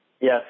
Yes